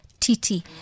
Titi